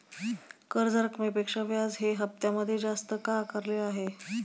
कर्ज रकमेपेक्षा व्याज हे हप्त्यामध्ये जास्त का आकारले आहे?